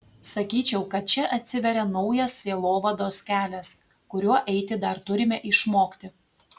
sakyčiau kad čia atsiveria naujas sielovados kelias kuriuo eiti dar turime išmokti